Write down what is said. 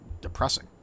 depressing